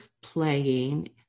playing